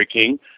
King